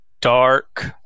dark